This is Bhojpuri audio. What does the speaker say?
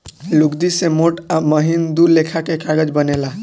लुगदी से मोट आ महीन दू लेखा के कागज बनेला